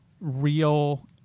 real